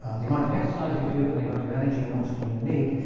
the amount of exercise you do and the amount of energy and oxygen you need,